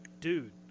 dude